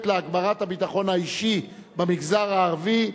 להגברת הביטחון האישי במגזר הערבי.